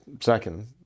second